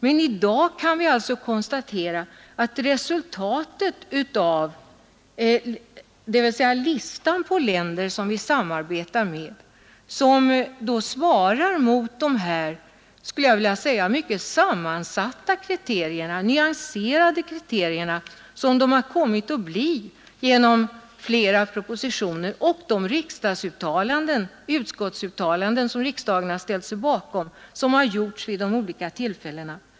Men i dag kan vi konstatera att vi med något enda undantag är överens om listan på länder som vi samarbetar med och som svarar mot de mycket sammansatta och nyanserade kriterierna, utformade genom flera propositioner och utskottsuttalanden som riksdagen har ställt sig bakom vid olika tillfällen.